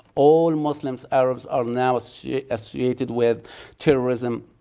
all muslims, arabs are now so yeah associated with terrorism,